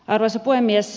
arvoisa puhemies